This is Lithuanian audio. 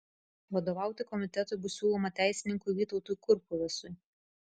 vadovauti komitetui bus siūloma teisininkui vytautui kurpuvesui